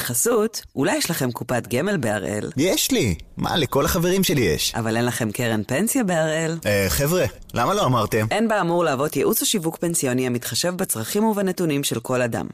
בחסות, אולי יש לכם קופת גמל בהראל? יש לי! מה, לכל החברים שלי יש. אבל אין לכם קרן פנסיה בהראל! אה, חבר'ה, למה לא אמרתם? אין באמור להוות ייעוץ או שיווק פנסיוני המתחשב בצרכים ובנתונים של כל אדם.